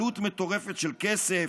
עלות מטורפת של כסף.